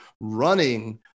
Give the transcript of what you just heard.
running